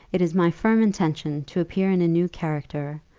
it is my firm intention to appear in a new character,